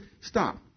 stop